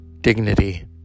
dignity